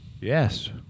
Yes